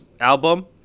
album